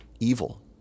Evil